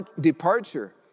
departure